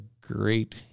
great